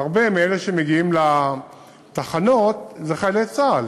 אז הרבה מאלה שמגיעים לתחנות הם חיילי צה"ל,